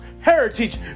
heritage